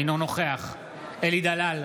אינו נוכח אלי דלל,